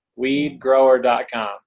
WeedGrower.com